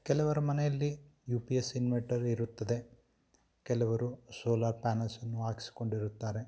ಕೆಲವರ ಮನೆಯಲ್ಲಿ U P S inverter ಇರುತ್ತದೆ ಕೆಲವರು ಸೋಲಾರ್ ಪ್ಯಾನಲ್ಸನ್ನು ಹಾಕ್ಸಿಕೊಂಡಿರುತ್ತಾರೆ